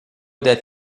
that